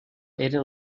eren